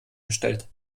gestellt